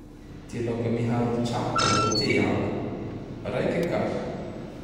Ty laoke miharo traka zao teako! Raike Ka.